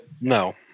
No